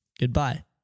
Goodbye